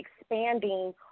expanding